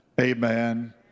amen